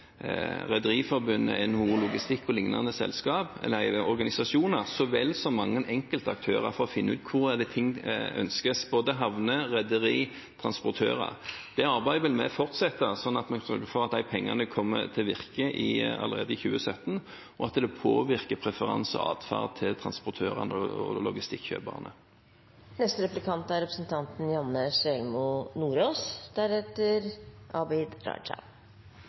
Rederiforbund, NHO Logistikk og Transport og liknende organisasjoner, så vel som med mange enkeltaktører, for å finne ut hvor ting ønskes – både havner, rederi, transportører. Det arbeidet vil vi fortsette, slik at vi sørger for at de pengene kommer til å virke allerede i 2017 og påvirker preferanser og atferd til transportørene og til logistikk-kjøperne. Gjennom media de siste ukene har det blitt gjort kjent at jernbaneprosjektet Bergen–Arna er